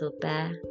Bear